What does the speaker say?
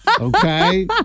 Okay